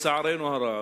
לצערנו הרב,